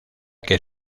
que